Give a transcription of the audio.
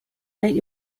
and